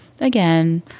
Again